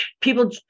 People